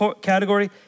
category